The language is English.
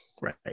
right